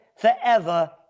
Forever